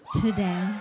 today